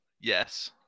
yes